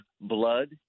Blood